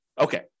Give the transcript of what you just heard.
okay